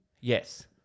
Yes